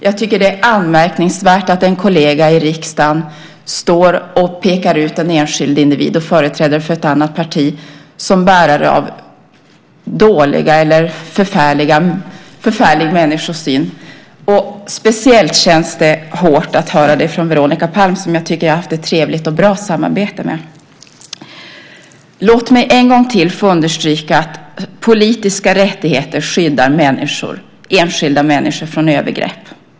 Jag tycker att det är anmärkningsvärt att en kollega i riksdagen pekar ut en enskild individ och företrädare för ett annat parti som bärare av dålig eller förfärlig människosyn. Det känns speciellt hårt att höra det från Veronica Palm som jag tycker att jag haft ett trevligt och bra samarbete med. Låt mig än en gång få understryka att politiska rättigheter skyddar enskilda människor från övergrepp.